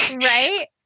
Right